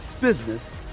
business